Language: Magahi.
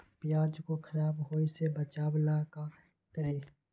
प्याज को खराब होय से बचाव ला का करी?